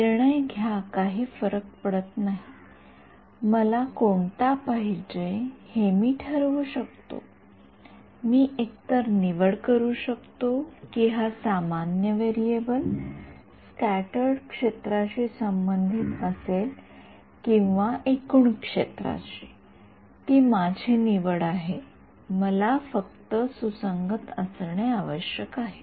निर्णय घ्या काही फरक पडत नाही मला कोणता पाहिजे हे मी ठरवतो मी एकतर निवडू शकतो की हा सामान्य व्हेरिएबल स्क्याटर्ड क्षेत्राशी संबंधित असेल किंवा एकूण क्षेत्राशी ती माझी निवड आहे मला फक्त सुसंगत असणे आवश्यक आहे